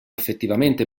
effettivamente